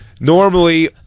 normally